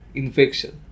infection